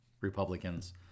Republicans